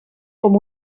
com